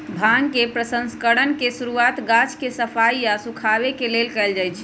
भांग के प्रसंस्करण के शुरुआत गाछ के सफाई आऽ सुखाबे से कयल जाइ छइ